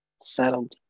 settled